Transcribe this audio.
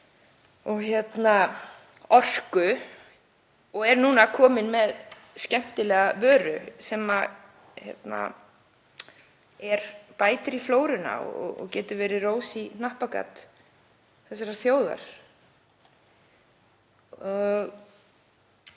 og orku og er núna komið með skemmtilega vöru sem bætist í flóruna og getur verið rós í hnappagat þessarar þjóðar.